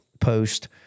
post